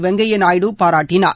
வெங்கய்யா நாயுடு பாராட்டினார்